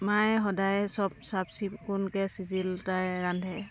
মায়ে সদায় চব চাফ চিকুণকৈ চিজিলতাৰে ৰান্ধে